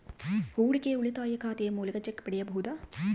ಹೂಡಿಕೆಯ ಉಳಿತಾಯ ಖಾತೆಯ ಮೂಲಕ ಚೆಕ್ ಪಡೆಯಬಹುದಾ?